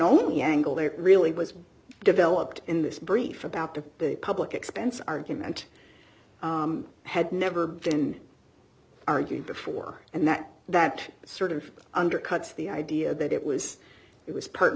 only angle there really was developed in this brief about the public expense argument had never been argued before and that that sort of undercuts the idea that it was it was part and